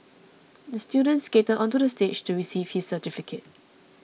the student skated onto the stage to receive his certificate